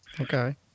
Okay